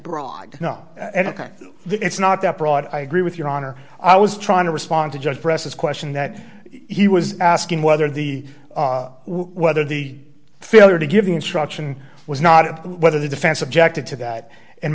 broad no it's not that broad i agree with your honor i was trying to respond to just press this question that he was asking whether the whether the failure to give the instruction was not whether the defense objected to that